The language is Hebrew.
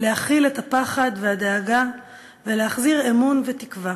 להכיל את הפחד והדאגה ולהחזיר אמון ותקווה,